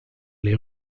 les